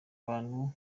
bantu